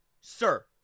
sir